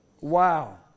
Wow